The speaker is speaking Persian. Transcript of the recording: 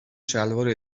شلوار